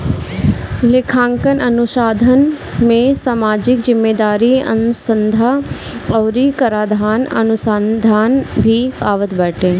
लेखांकन अनुसंधान में सामाजिक जिम्मेदारी अनुसन्धा अउरी कराधान अनुसंधान भी आवत बाटे